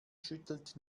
schüttelt